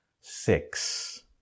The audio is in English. six